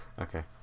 Okay